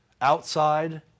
outside